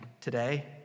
today